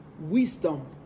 Wisdom